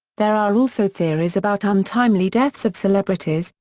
there are also theories about untimely deaths of celebrities,